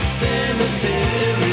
cemetery